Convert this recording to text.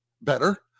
better